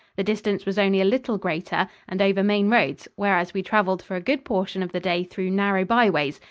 the distance was only a little greater and over main roads, whereas we traveled for a good portion of the day through narrow byways,